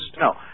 No